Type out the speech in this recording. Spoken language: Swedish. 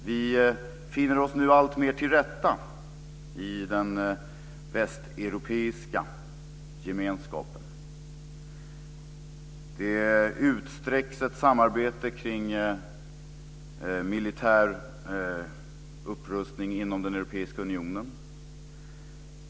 Vi finner oss nu alltmer till rätta i den västeuropeiska gemenskapen. Det utsträcks ett samarbete kring militär upprustning inom den europeiska unionen.